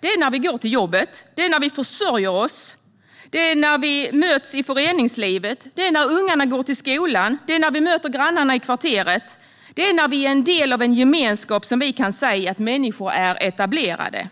Det är när vi går till jobbet, när vi försörjer oss, när vi möts i föreningslivet, när ungarna går till skolan, när vi möter grannarna i kvarteret och när vi är en del av en gemenskap som vi kan säga att vi människor är etablerade.